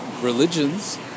religions